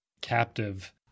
captive